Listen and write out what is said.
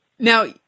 Now